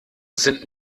sind